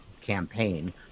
campaign